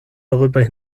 darüber